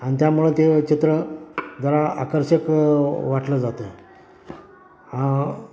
आणि त्यामुळं ते चित्र जरा आकर्षक वाटलं जातं हा